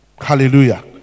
Hallelujah